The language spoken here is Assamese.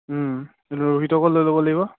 ৰোহিতকো লৈ ল'ব লাগিব